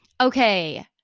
okay